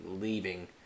leaving